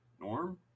norm